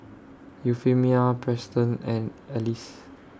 Euphemia Preston and Alize